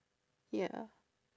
ya